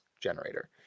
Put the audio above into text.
generator